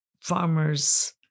farmers